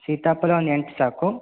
ಸೀತಾಫಲ ಒಂದು ಎಂಟು ಸಾಕು